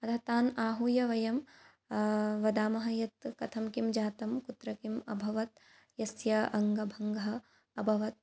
अतः तान् आहूय वयं वदामः यत् कथं किं जातं कुत्र किम् अभवत् यस्य अङ्गभङ्गः अभवत्